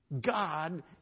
God